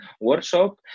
workshop